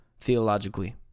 theologically